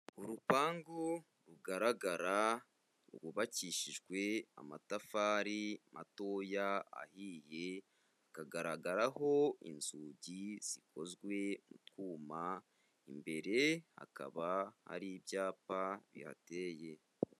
Urupangu rugaragara rwubakishijwe amatafari matoya ahiye, hakagaragaraho inzugi zikozwe mu twuma, imbere hakaba hari ibyapa bihateye.